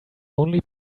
only